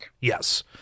Yes